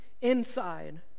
inside